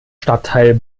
stadtteil